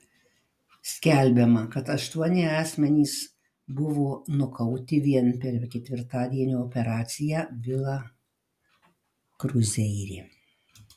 skelbiama kad aštuoni asmenys buvo nukauti vien per ketvirtadienio operaciją vila kruzeire